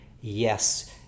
yes